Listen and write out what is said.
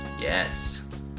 Yes